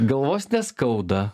galvos neskauda